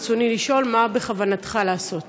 ברצוני לשאול: מה בכוונתך לעשות?